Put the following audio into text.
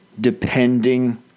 depending